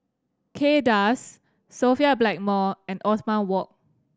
Kay Das Sophia Blackmore and Othman Wok